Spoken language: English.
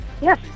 Yes